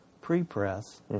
Pre-Press